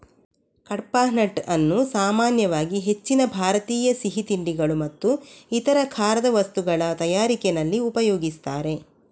ಕಡ್ಪಾಹ್ನಟ್ ಅನ್ನು ಸಾಮಾನ್ಯವಾಗಿ ಹೆಚ್ಚಿನ ಭಾರತೀಯ ಸಿಹಿ ತಿಂಡಿಗಳು ಮತ್ತು ಇತರ ಖಾರದ ವಸ್ತುಗಳ ತಯಾರಿಕೆನಲ್ಲಿ ಉಪಯೋಗಿಸ್ತಾರೆ